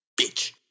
Bitch